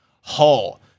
haul